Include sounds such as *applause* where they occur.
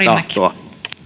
*unintelligible* tahtoa